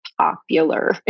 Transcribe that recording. popular